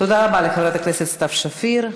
תודה רבה לחברת הכנסת סתיו שפיר.